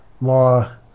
more